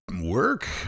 work